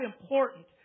important